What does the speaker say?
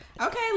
Okay